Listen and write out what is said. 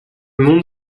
monde